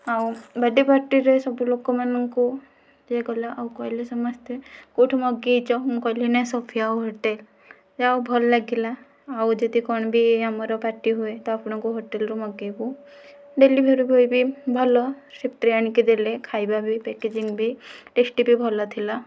ଆଉ ବାର୍ଥଡ଼େ ପାର୍ଟିରେ ସବୁ ଲୋକମାନଙ୍କୁ ଇଏ କଲେ ଆଉ କହିଲେ ସମସ୍ତେ କେଉଁଠୁ ମଗେଇଛ ମୁଁ କହିଲି ନାଇଁ ସୋଫିଆ ହୋଟେଲ ଯାହା ହେଉ ଭଲ ଲାଗିଲା ଆଉ ଯଦି କ'ଣ ବି ଆମର ପାର୍ଟି ହୁଏ ତ ଆପଣଙ୍କ ହୋଟେଲରୁ ମଗେଇବୁ ଡେଲିଭରି ବଏ ବି ଭଲ ଫୁର୍ତ୍ତିରେ ଆଣିକି ଦେଲେ ପକାଇବା ବି ପ୍ୟାକେଜିଙ୍ଗ ବି ଟେଷ୍ଟ ବି ଭଲଥିଲା